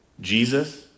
Jesus